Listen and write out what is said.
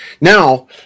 now